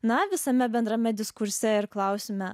na visame bendrame diskurse ir klausime